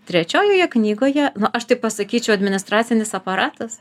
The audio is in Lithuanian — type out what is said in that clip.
trečiojoje knygoje nu aš tai pasakyčiau administracinis aparatas